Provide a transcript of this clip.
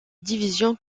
division